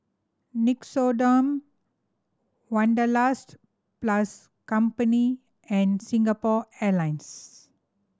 Nixoderm Wanderlust plus Company and Singapore Airlines